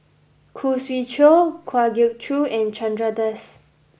Khoo Swee Chiow Kwa Geok Choo and Chandra Das